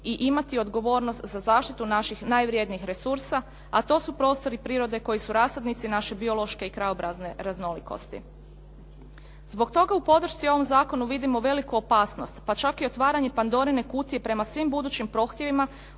i imati odgovornost za zaštitu naših najvrjednijih resursa a to su prostori prirode koji su rasadnici naše biološke krajobrazne raznolikosti. Zbog toga u podršci ovom zakonu vidimo veliku opasnost pa čak i otvaranje Pandorine kutije prema svim budućim prohtjevima